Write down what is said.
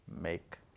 make